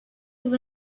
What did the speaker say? with